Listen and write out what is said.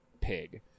pig